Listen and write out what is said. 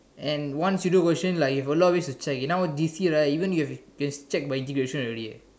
and once you do question like you have a lot of ways to check now J_C right even you can just check by easy question already